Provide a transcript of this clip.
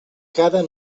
cada